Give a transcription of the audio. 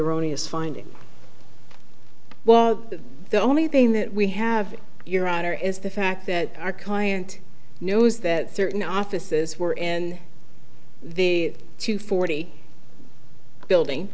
erroneous finding was that the only thing that we have your honor is the fact that our client knows that certain offices were in the two forty building